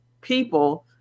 people